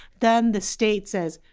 then the state says,